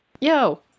Yo